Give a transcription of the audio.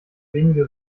wenige